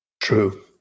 True